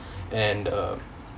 and uh